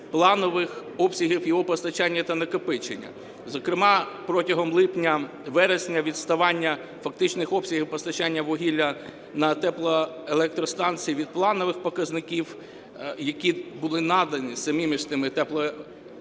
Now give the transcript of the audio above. планових обсягів його постачання та накопичення. Зокрема, протягом липня-вересня відставання фактичних обсягів постачання вугілля на теплоелектростанції від планових показників, які були надані самими ж тими тепловими електростанціями,